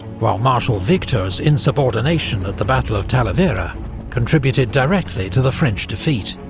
while marshal victor's insubordination at the battle of talavera contributed directly to the french defeat.